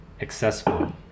accessible